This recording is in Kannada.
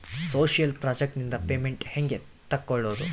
ಸೋಶಿಯಲ್ ಪ್ರಾಜೆಕ್ಟ್ ನಿಂದ ಪೇಮೆಂಟ್ ಹೆಂಗೆ ತಕ್ಕೊಳ್ಳದು?